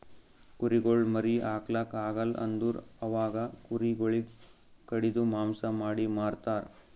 ಕುರಿಗೊಳ್ ಮರಿ ಹಾಕ್ಲಾಕ್ ಆಗಲ್ ಅಂದುರ್ ಅವಾಗ ಕುರಿ ಗೊಳಿಗ್ ಕಡಿದು ಮಾಂಸ ಮಾಡಿ ಮಾರ್ತರ್